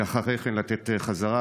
ואחרי כן לתת חזרה,